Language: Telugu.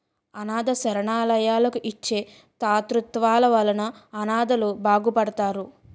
అనాధ శరణాలయాలకు ఇచ్చే తాతృత్వాల వలన అనాధలు బాగుపడతారు